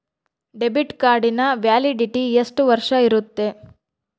Debit ಕಾರ್ಡಿನ validity ಎಷ್ಟು ವರ್ಷ ಇರುತ್ತೆ?